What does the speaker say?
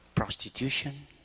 Prostitution